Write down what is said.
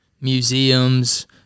museums